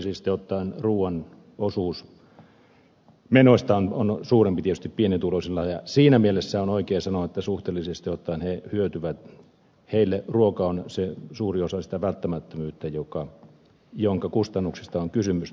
suhteellisesti ottaen ruuan osuus menoista on suurempi tietysti pienituloisilla ja siinä mielessä on oikein sanoa että suhteellisesti ottaen he hyötyvät heille ruoka on se suurin osa sitä välttämättömyyttä jonka kustannuksista on kysymys